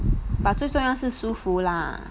but 最重要是舒服啦